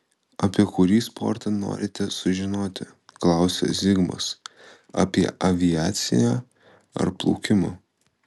apie kurį sportą norite sužinoti klausia zigmas apie aviaciją ar plaukimą